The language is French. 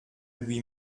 lui